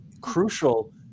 crucial